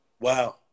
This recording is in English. Wow